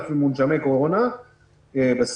ל-7,000 מונשמיי קורונה בשיא,